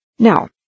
Now